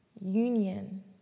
union